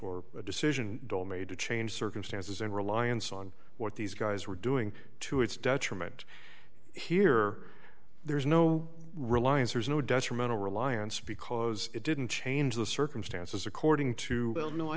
or a decision made to change circumstances in reliance on what these guys were doing to its detriment here there's no reliance there's no detrimental reliance because it didn't change the circumstances according to